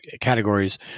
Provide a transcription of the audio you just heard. categories